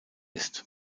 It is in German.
ist